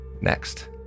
Next